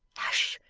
hush!